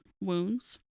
wounds